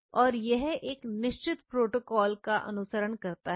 और यह एक निश्चित प्रोटोकॉल का अनुसरण करता है